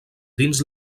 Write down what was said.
dins